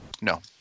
No